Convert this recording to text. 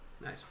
Nice